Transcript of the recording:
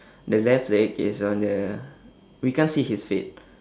the left leg is on the we can't see his feet